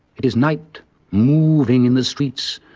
it is night moving in the streets,